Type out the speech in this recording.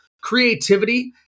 creativity